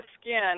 skin